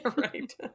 right